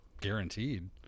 guaranteed